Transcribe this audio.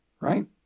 Right